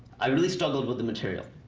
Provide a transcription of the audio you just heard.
i really struggled with the material.